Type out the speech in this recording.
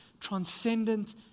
transcendent